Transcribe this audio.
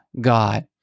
God